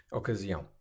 ocasião